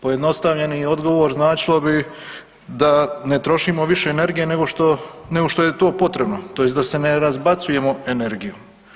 Pojednostavljeni odgovor značilo bi da ne trošimo više energije nego što je to potrebno, tj. da se ne razbacujemo energijom.